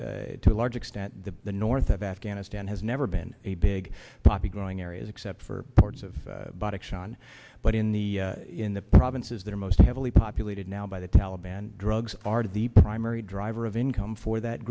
a large extent the north of afghanistan has never been a big poppy growing areas except for parts of bought action but in the in the provinces that are most heavily populated now by the taliban drugs are the primary driver of income for that